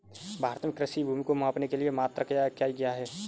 भारत में कृषि भूमि को मापने के लिए मात्रक या इकाई क्या है?